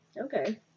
Okay